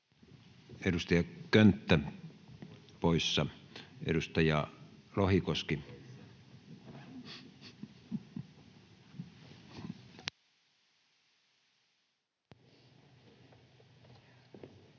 Edustaja Könttä poissa. — Edustaja Lohikoski.